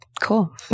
cool